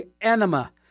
enema